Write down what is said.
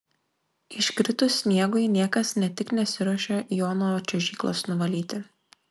iškritus sniegui niekas ne tik nesiruošia jo nuo čiuožyklos nuvalyti